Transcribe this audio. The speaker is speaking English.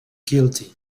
guilty